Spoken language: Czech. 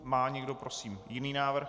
Má někdo, prosím, jiný návrh?